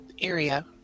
area